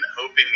Hoping